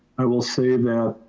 i will say that